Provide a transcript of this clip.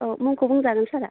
औ मुंखौ बुंनो हागोन सारआ